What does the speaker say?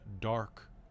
dark